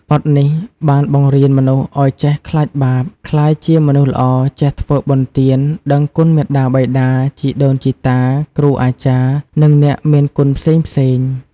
បទនេះបានបង្រៀនមនុស្សឲ្យចេះខ្លាចបាប ក្លាយជាមនុស្សល្អ ចេះធ្វើបុណ្យទាន ដឹងគុណមាតាបិតា ជីដូនជីតា គ្រូអាចារ្យ និងអ្នកមានគុណផ្សេងៗ។